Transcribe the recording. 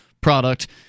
product